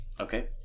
okay